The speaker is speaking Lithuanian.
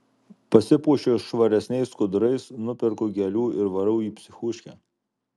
pasipuošiu švaresniais skudurais nuperku gėlių ir varau į psichuškę